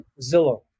Zillow